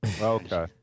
Okay